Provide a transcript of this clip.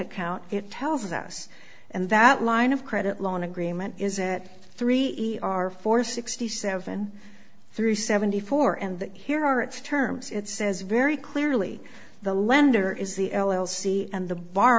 account it tells us and that line of credit loan agreement is at three our four sixty seven three seventy four and here are its terms it says very clearly the lender is the l l c and the b